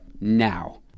now